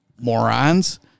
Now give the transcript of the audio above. morons